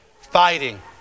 fighting